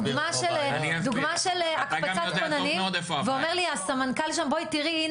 דוגמה של הקפצת כוננים ואומר לי הסמנכ"ל שם בואי תראי,